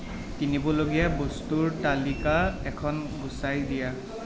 কিনিবলগীয়া বস্তুৰ তালিকা এখন গুচাই দিয়া